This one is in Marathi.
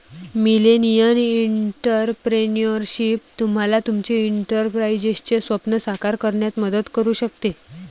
मिलेनियल एंटरप्रेन्योरशिप तुम्हाला तुमचे एंटरप्राइझचे स्वप्न साकार करण्यात मदत करू शकते